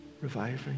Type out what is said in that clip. reviving